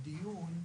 הדיון,